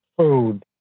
food